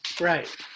right